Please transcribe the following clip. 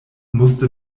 musste